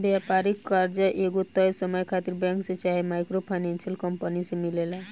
व्यापारिक कर्जा एगो तय समय खातिर बैंक से चाहे माइक्रो फाइनेंसिंग कंपनी से मिलेला